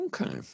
okay